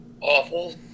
awful